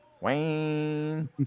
Wayne